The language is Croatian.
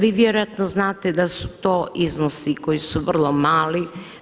Vi vjerojatno znate da su to iznosi koji su vrlo mali.